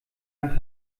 nach